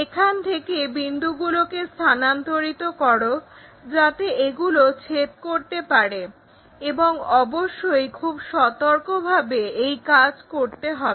এখান থেকে বিন্দুগুলোকে স্থানান্তরিত করো যাতে এগুলো ছেদ করতে পারে এবং অবশ্যই খুব সতর্কভাবে এই কাজ করতে হবে